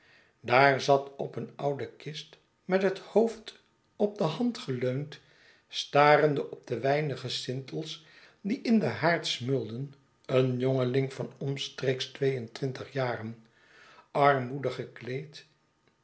daar zat op een oude kist met het hoofd op de hand geleund starende op de weinige sintels die in den haard smeulden een jongeling van omstreeks twee en twintig jaren armoedig gekleed